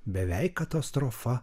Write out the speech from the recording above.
beveik katastrofa